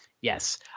Yes